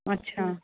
अच्छा